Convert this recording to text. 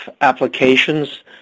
applications